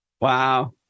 Wow